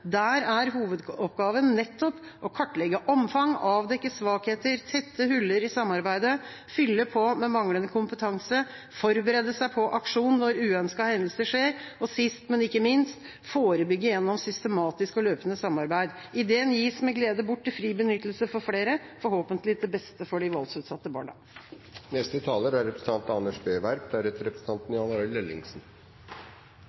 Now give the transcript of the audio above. Der er hovedoppgaven nettopp å kartlegge omfang, avdekke svakheter, tette huller i samarbeidet, fylle på ved manglende kompetanse, forberede seg på aksjon når uønskede hendelser skjer, og – sist, men ikke minst – forebygge gjennom systematisk og løpende samarbeid. Ideen gis med glede bort til fri benyttelse for flere, forhåpentlig til beste for de voldsutsatte barna.